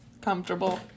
comfortable